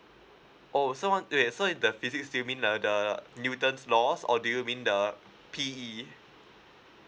oh so want wait so is the physics do you mean the the newton's laws or do you mean the P_E